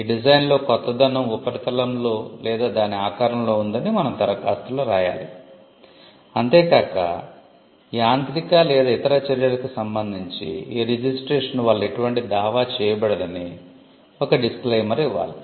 ఈ డిజైన్ ఇవ్వాలి